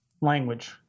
language